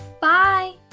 Bye